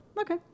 Okay